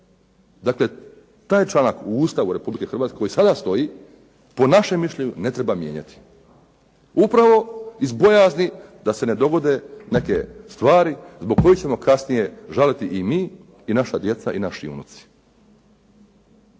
1. Taj članak u Ustavu Republike Hrvatske već sada stoji, po našem mišljenju ne treba mijenjati. Upravo iz bojazni da se ne dogode neke stvari zbog kojih ćemo žaliti i mi i naša djeca i naši unuci.